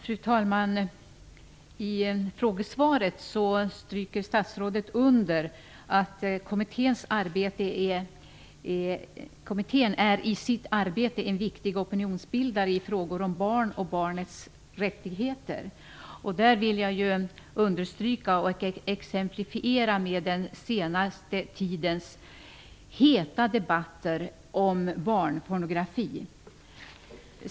Fru talman! I frågesvaret stryker statsrådet under att kommittén i sitt arbete är en viktig opinionsbildare i frågor om barn och barnens rättigheter. I det sammanhanget vill jag understryka och exemplifiera med den senaste tidens heta debatter om barnpornografi.